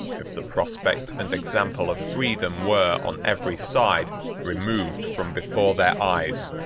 if the prospect and example of freedom were on every side removed from before their eyes.